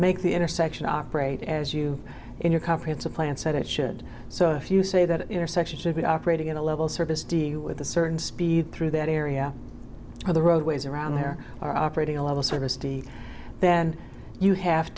make the intersection operate as you in your comprehensive plan said it should so if you say that intersection should be operating in a level surface do you with a certain speed through that area or the roadways around there are operating a lot of service d then you have